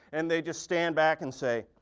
and they just stand back and say,